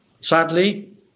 Sadly